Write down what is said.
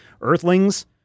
Earthlings